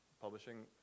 Publishing